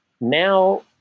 Now